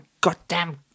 goddamn